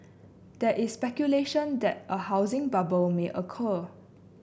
there is speculation that a housing bubble may occur